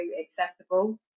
accessible